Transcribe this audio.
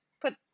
put